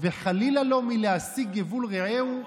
ובכן, אילה חסון ניסתה לקבל תשובה ולא מצאה.